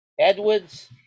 Edwards